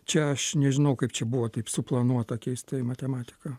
čia aš nežinau kaip čia buvo taip suplanuota keistai matematika